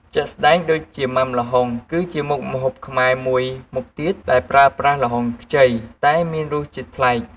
ជាក់ស្ដែងដូចជា ម៉ាំល្ហុងគឺជាមុខម្ហូបខ្មែរមួយមុខទៀតដែលប្រើប្រាស់ល្ហុងខ្ចី តែមានរសជាតិប្លែក។